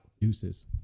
deuces